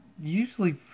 usually